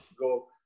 go